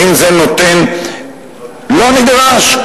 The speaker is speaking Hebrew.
האם זה נותן, לא נדרש.